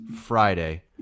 Friday